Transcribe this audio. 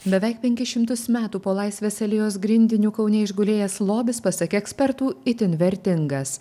beveik penkis šimtus metų po laisvės alėjos grindiniu kaune išgulėjęs lobis pasak ekspertų itin vertingas